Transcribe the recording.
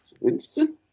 Winston